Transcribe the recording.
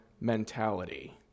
mentality